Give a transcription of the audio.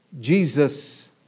Jesus